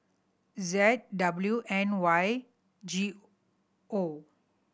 Z W N Y G O